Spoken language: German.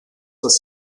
das